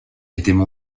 étaient